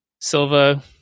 Silva